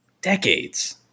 decades